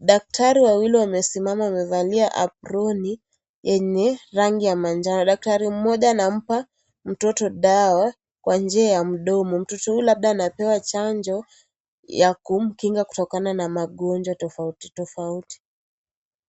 Daktari wawili wamesimama wamevalia aproni yenye rangi ya manjano. Daktari mmoja anampa mtoto dawa kwa njia ya mdomo. Mtoto huyu labda anapewa chanjo ya kumkinga kutokana na magonjwa tofauti tofauti.